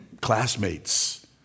classmates